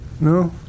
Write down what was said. No